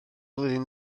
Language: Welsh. flwyddyn